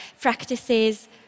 practices